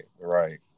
right